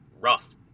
rough